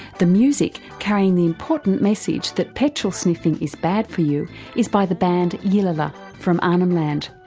the music carrying the important message that petrol sniffing is bad for you is by the band yilila from arnhem land.